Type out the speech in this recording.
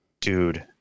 Dude